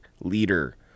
leader